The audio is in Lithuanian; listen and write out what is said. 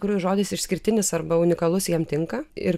kuris žodis išskirtinis arba unikalus jam tinka ir